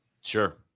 sure